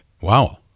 Wow